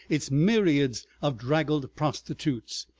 its myriads of draggled prostitutes,